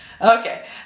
Okay